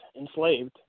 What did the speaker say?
enslaved